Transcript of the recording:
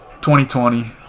2020